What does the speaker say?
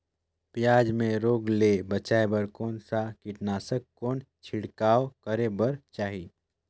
पियाज मे रोग ले बचाय बार कौन सा कीटनाशक कौन छिड़काव करे बर चाही?